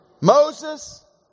Moses